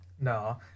no